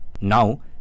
now